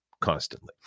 Constantly